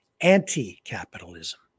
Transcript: anti-capitalism